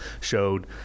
showed –